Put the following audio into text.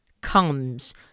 comes